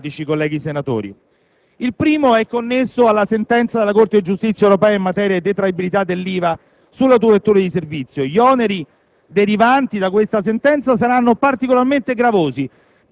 sono senz'altro più incoraggianti. Detto ciò, non mancano elementi problematici, onorevoli senatori. Il primo è connesso alla sentenza della Corte di giustizia delle Comunità europee in materia di detraibilità dell'IVA sulle autovetture di servizio. Gli oneri